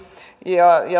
ja